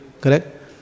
Correct